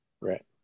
Right